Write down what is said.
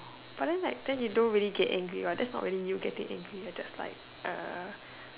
but then like then you don't really get angry what that's not really you getting angry what that's like uh